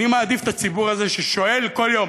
אני מעדיף את הציבור הזה ששואל כל יום